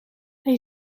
hij